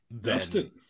dustin